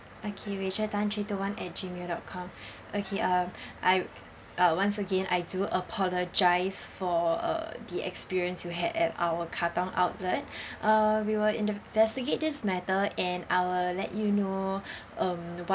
okay rachel tan three two one at gmail dot com okay uh I uh once again I do apologise for uh the experience you had at our katong outlet uh we will investigate this matter and I will let you know um what